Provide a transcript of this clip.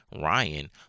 Ryan